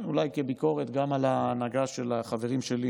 אולי כביקורת גם על ההנהגה של החברים שלי